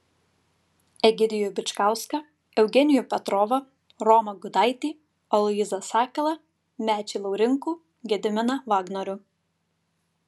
egidijų bičkauską eugenijų petrovą romą gudaitį aloyzą sakalą mečį laurinkų gediminą vagnorių